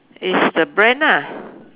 it's the brand ah